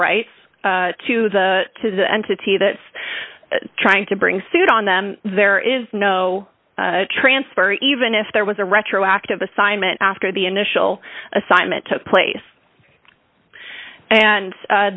rights to the to the entity that is trying to bring suit on them there is no transfer even if there was a retroactive assignment after the initial assignment took place and